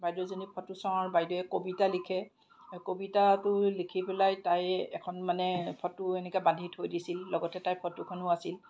বাইদেউজনীৰ photo চাওঁ আৰু বাইদেৱে কবিতা লিখে কবিতাটো লিখি পেলাই তাই এখন মানে ফটো এনেকে বান্ধি থৈ দিছিল লগতে তাইৰ ফটোখনো আছিল